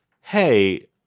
hey